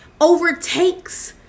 overtakes